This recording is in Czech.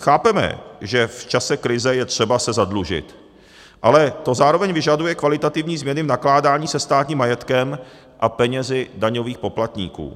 Chápeme, že v čase krize je třeba se zadlužit, ale to zároveň vyžaduje kvalitativní změny v nakládání se státním majetkem a penězi daňových poplatníků.